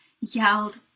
yelled